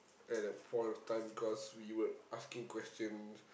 at the point of time because we were asking questions